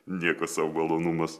nieko sau malonumas